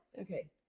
Okay